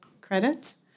credits